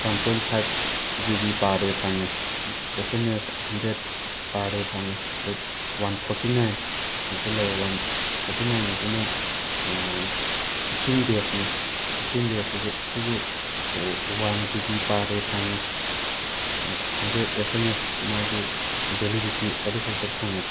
one point five GB per day ꯐꯪꯉꯦ SMS hundred per day ꯐꯪꯉꯦ ꯑꯗꯩ one forty ꯅꯥꯏꯟꯒꯤꯁꯨ ꯂꯩ ꯋꯥꯟ ꯐꯣꯔꯇꯤ ꯅꯥꯏꯟꯒꯤꯁꯤꯅ ꯐꯤꯐꯇꯤꯟ ꯗꯦꯖꯅꯦ ꯐꯤꯐꯇꯤꯟ ꯗꯦꯖ ꯁꯤꯁꯨ ꯋꯥꯟ ꯖꯤꯕꯤ ꯄꯥꯔ ꯗꯦ ꯐꯪꯉꯦ ꯍꯟꯗ꯭ꯔꯦꯗ ꯑꯦꯁ ꯑꯦꯝ ꯑꯦꯁ ꯃꯥꯒꯤ ꯕꯦꯂꯤꯗꯤꯇꯤ ꯑꯗꯨꯐꯥꯎꯗ ꯐꯪꯉꯦ